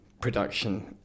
production